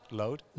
load